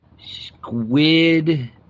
squid